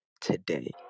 today